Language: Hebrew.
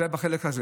זה בחלק הזה.